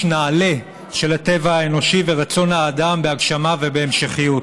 נעלה של הטבע האנושי ורצון האדם בהגשמה ובהמשכיות.